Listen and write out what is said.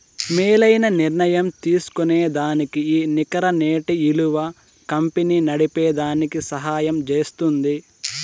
మేలైన నిర్ణయం తీస్కోనేదానికి ఈ నికర నేటి ఇలువ కంపెనీ నడిపేదానికి సహయం జేస్తుంది